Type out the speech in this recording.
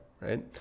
right